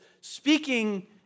speaking